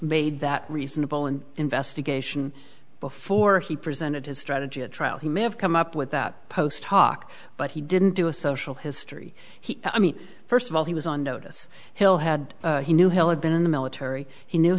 made that reasonable an investigation before he presented his strategy at trial he may have come up with that post talk but he didn't do a social history i mean first of all he was on notice hill had he knew hill had been in the military he knew